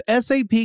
SAP